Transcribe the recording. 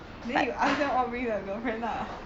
then you ask them all bring their girlfriends lah